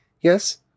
Yes